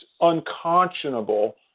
unconscionable